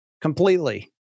completely